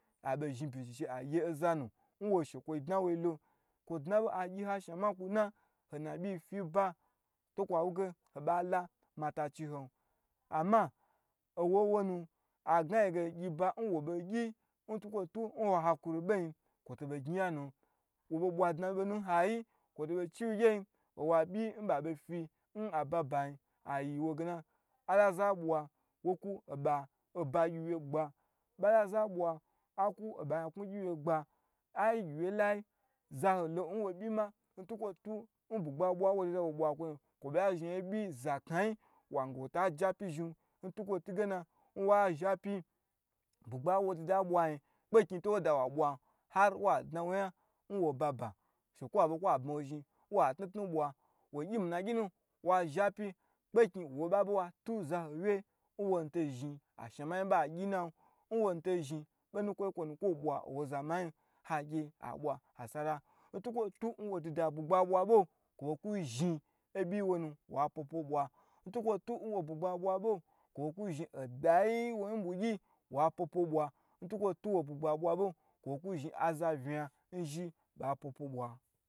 Aɓo zhni bin chiche, a gye azanu, nwo n shekwoyi dnawoi lo, kwo dna ɓo agyi ha shnama kwo na, ho na ɓyi-i fyi n ba, to kwa wu ge ho ɓa la matachi hon, amma awo n wonyi, agnayi ge gyiba n woɓo gyinyi, n twukwo twu n wa hakuri ɓonyi, kwo to ɓo gnyi ya nu, wo ɓo ɓwa dna ɓo nun nayi, kwoto ɓo chiwyi gye yin, owa ɓyi n ɓaɓo fyin ababa nyi, ayiwo gena, alaza ɓwa, wo kwu oɓa oba gyiwye gba, ɓdaza ɓwa a kwu oɓa nyaknwu gyiwye gba, ai gyiwye lai, zaho lo n wo ɓyi ma, ntwukwo twu, n-n bwugba ɓwan wo dida ɓo ɓwa kwo nyi kwo ɓola zhni oɓyi znaknyai, wange wota je apyi zhin, n twu kwo twu ge nan wa zha pyi, bwugba n wo dida ɓwanyi, kpeknyi to woda wa ɓwan, har wa dna wo nyan wo ba ba, shekwa ɓe kwa bmawo zhni, wa tnutnu ɓwa, wo gyi mi-i na gyinu, wa zha pyi, kpe knyi wo ɓo ɓa ɓe wa twu zaho wye nwo nu to zhni ashnamayi ɓa gyinan, nwo nu to zhni ɓo nu kwoi kwolo kwo ɓwa owo za mayin, ha gye a ɓwa nasara, n twukwo twun wo dida bwugba ɓwa ɓo, kwo ɓo lawu zhni oɓyi-i nwonu, wa pwopwo ɓwa, n twutuwu nwo bwugɓa ɓwa ɓo, kwo ɓo kwu zhni a dayi n wo ni ɓwugyi, wa pwopwo ɓwa, n twukwo twu nwo bwugba ɓwa ɓo, wo ɓo kwu zhni aza unya n zhi ɓa pwopwo ɓwa.